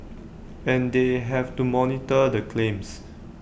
and they have to monitor the claims